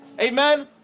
amen